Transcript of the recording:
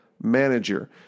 manager